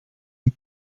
hun